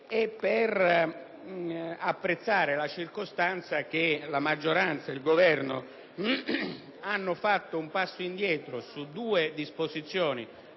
norma. Apprezzo altresì la circostanza che la maggioranza e il Governo hanno fatto un passo indietro su due disposizioni